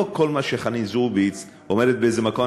לא כל מה שחנין זועבי אומרת באיזה מקום,